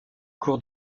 cour